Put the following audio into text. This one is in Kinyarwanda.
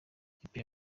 ikipe